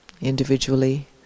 individually